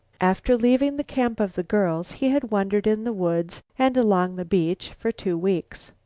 after leaving the camp of the girls he had wandered in the woods and along the beach for two weeks.